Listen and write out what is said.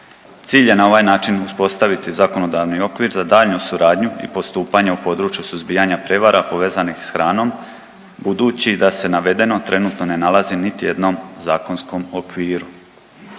Cilj je na ovaj način uspostaviti zakonodavni okvir za daljnju suradnju i postupanje u području suzbijanja prijevara povezanih s hranom budući da se navedeno trenutno ne nalazi niti u jednom zakonskom okviru.